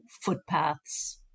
footpaths